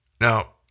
Now